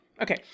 Okay